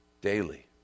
Daily